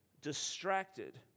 distracted